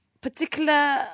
particular